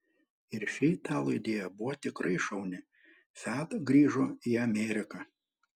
ir ši italų idėja buvo tikrai šauni fiat grįžo į ameriką